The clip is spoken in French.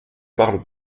parle